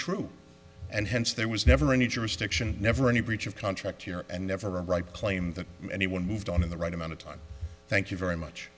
true and hence there was never any jurisdiction never any breach of contract here and never a right claim that anyone moved on in the right amount of time thank you very much